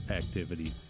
activity